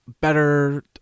better